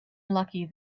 lucky